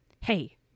hey